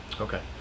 Okay